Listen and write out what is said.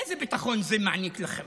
איזה ביטחון זה מעניק לכם?